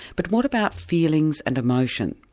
but what about feelings and emotion?